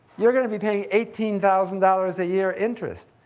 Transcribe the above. you're gonna be paying eighteen thousand dollars a year interest.